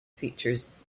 features